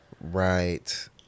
Right